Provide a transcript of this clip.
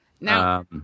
Now